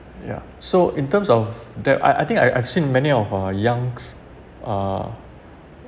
so in terms of that I I think I I've seen many of uh young uh